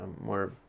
more